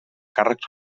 càrrecs